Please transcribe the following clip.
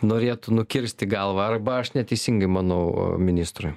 norėtų nukirsti galvą arba aš neteisingai manau ministrui